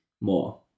more